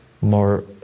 more